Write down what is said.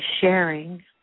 sharing